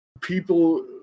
people